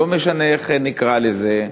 לא משנה איך נקרא לזה,